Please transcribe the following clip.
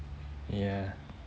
ya